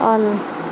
on